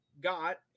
got